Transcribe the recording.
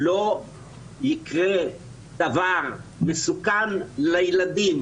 לא יקרה דבר מסוכן לילדים.